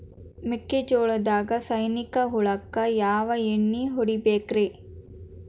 ಮೆಕ್ಕಿಜೋಳದಾಗ ಸೈನಿಕ ಹುಳಕ್ಕ ಯಾವ ಎಣ್ಣಿ ಹೊಡಿಬೇಕ್ರೇ?